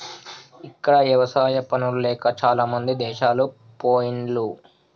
ఇక్కడ ఎవసాయా పనులు లేక చాలామంది దేశాలు పొయిన్లు